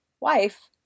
wife